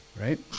right